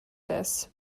this